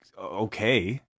okay